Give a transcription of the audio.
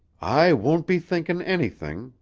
i won't be thinking anything,